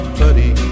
buddy